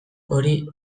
hori